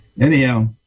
Anyhow